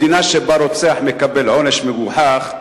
במדינה שבה רוצח מקבל עונש מגוחך,